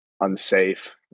unsafe